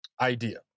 idea